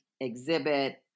Exhibit